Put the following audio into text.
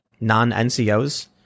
non-NCOs